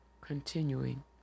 continuing